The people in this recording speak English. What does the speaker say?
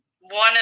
one